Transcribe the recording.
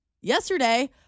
Yesterday